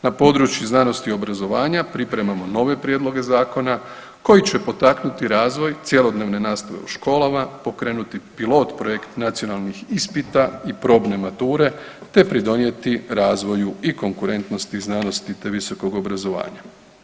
Na području znanosti i obrazovanja pripremamo nove prijedloge zakona koji će potaknuti razvoj cjelodnevne nastave u školama, pokrenuti pilot projekt nacionalnih ispita i probne mature, te pridonijeti razvoju i konkurentnosti znanosti, te visokog obrazovanja.